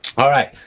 all right,